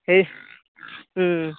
সেই